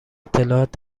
اطلاعات